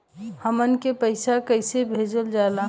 हमन के पईसा कइसे भेजल जाला?